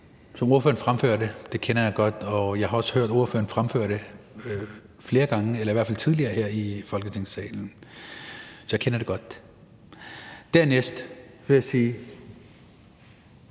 som ordføreren fremførte, kender jeg godt. Jeg har også hørt ordføreren fremføre det flere gange eller i hvert fald tidligere her i Folketingssalen. Så jeg kender det godt. Dernæst vil jeg sige